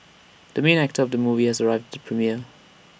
the main actor of the movie has arrived at the premiere